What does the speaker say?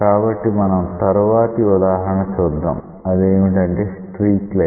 కాబట్టి మనం తరువాతి ఉదాహరణ చూద్దాం అదేమిటంటే స్ట్రీక్ లైన్